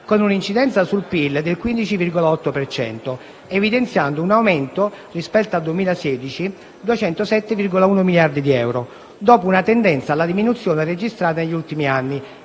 (con un'incidenza sul PIL del 15,8 per cento), evidenziando un aumento rispetto al 2016 (+207,1 miliardi di euro), dopo una tendenza alla diminuzione registrata negli ultimi anni